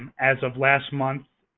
and as of last month,